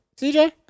CJ